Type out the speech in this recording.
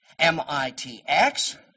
MITx